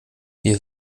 wir